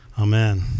Amen